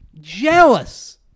jealous